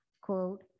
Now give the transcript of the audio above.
quote